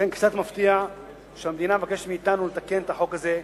לכן קצת מפתיע שהמדינה מבקשת מאתנו לתקן את החוק הזה,